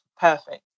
perfect